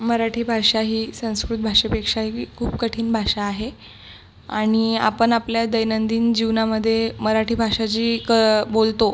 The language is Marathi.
मराठी भाषा ही संस्कृत भाषेपेक्षाही खूप कठीण भाषा आहे आणि आपण आपल्या दैनंदिन जीवनामध्ये मराठी भाषा जी क बोलतो